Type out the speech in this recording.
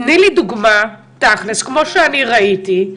תני לי דוגמה תכלס, כפי שראיתי,